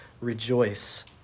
rejoice